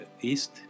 east